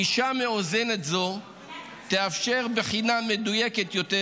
גישה מאוזנת זו תאפשר בחינה מדויקת יותר